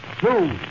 two